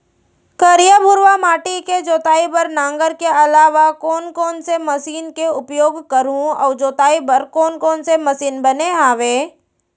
करिया, भुरवा माटी के जोताई बर नांगर के अलावा कोन कोन से मशीन के उपयोग करहुं अऊ जोताई बर कोन कोन से मशीन बने हावे?